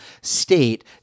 state